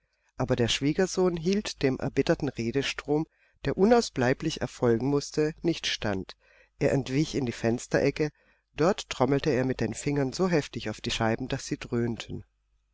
aber der schwiegersohn hielt dem erbitterten redestrom der unausbleiblich erfolgen mußte nicht stand er entwich in die fensterecke dort trommelte er mit den fingern so heftig auf den scheiben daß sie dröhnten